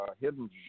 hidden